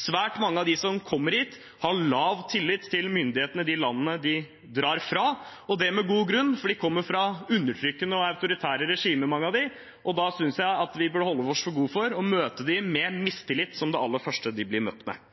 Svært mange av dem som kommer hit, har lav tillit til myndighetene i de landene de drar fra, og det med god grunn, for mange av dem kommer fra undertrykkende og autoritære regimer. Da synes jeg at vi burde holde oss for gode til å møte dem med mistillit som det aller første de blir møtt med.